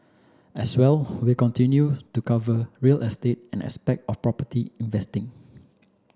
as well we continue to cover real estate and aspect of property investing